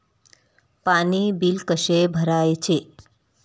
पाणी बिल कसे भरायचे?